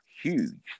huge